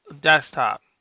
desktop